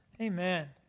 Amen